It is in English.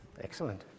excellent